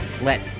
let